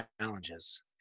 challenges